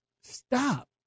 stop